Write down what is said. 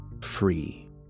Free